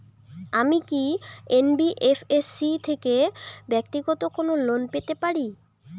আমি কি এন.বি.এফ.এস.সি থেকে ব্যাক্তিগত কোনো লোন পেতে পারি?